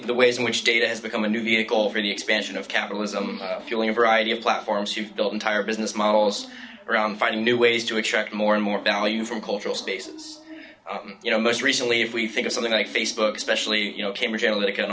the ways in which data has become a new vehicle for the expansion of capitalism fueling a variety of platforms you've built entire business models around finding new ways to extract more and more value from cultural spaces you know most recently if we think of something like facebook especially you know cambridge analytic and